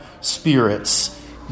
spirits